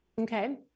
Okay